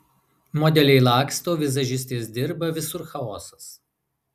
modeliai laksto vizažistės dirba visur chaosas